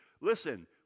listen